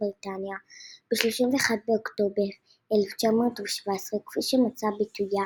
בריטניה ב-31 באוקטובר 1917 כפי שמצאה ביטויה